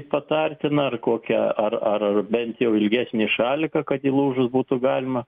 patartina ar kokią ar ar bent jau ilgesnį šaliką kad įlūžus būtų galima